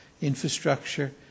infrastructure